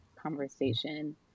conversation